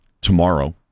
tomorrow